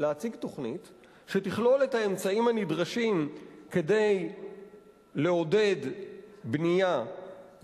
שתכלול את האמצעים הנדרשים כדי לעודד בנייה,